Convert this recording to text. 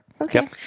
okay